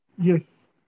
Yes